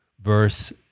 verse